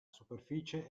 superficie